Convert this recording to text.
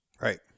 Right